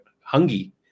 hungry